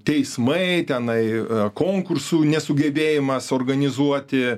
teismai tenai konkursų nesugebėjimas organizuoti